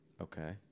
Okay